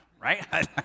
right